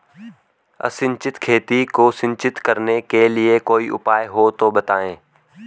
असिंचित खेती को सिंचित करने के लिए कोई उपाय हो तो बताएं?